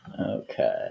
Okay